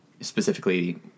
specifically